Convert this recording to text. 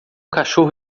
cachorro